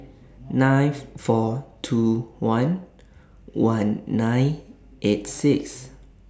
nine four two one one nine eight six